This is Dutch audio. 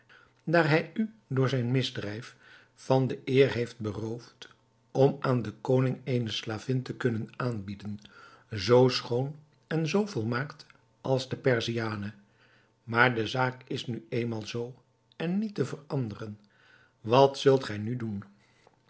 daar hij u door zijn misdrijf van de eer heeft beroofd om aan den koning eene slavin te kunnen aanbieden zoo schoon en zoo volmaakt als de perziane maar de zaak is nu eenmaal zoo en niet te veranderen wat zult gij nu doen